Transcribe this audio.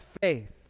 faith